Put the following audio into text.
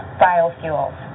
biofuels